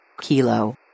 Kilo